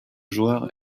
joueur